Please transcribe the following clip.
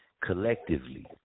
collectively